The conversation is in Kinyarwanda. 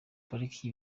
pariki